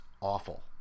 awful